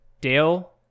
Dale